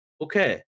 okay